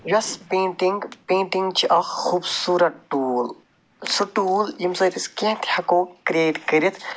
یۄس painting painting چھِ اکھ خوبصوٗرت ٹوٗل سُہ ٹوٗل ییٚمہِ سۭتۍ أسۍ کیٚنٛہہ تہِ ہٮ۪کَو کرٛیٹ کٔرِتھ